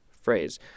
phrase